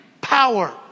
power